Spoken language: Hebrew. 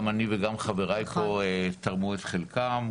גם אני וגם חבריי פה תרמו את חלקם.